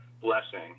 blessing